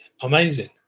amazing